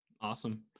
awesome